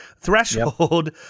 threshold